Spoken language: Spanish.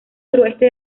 suroeste